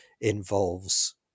involves